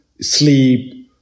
sleep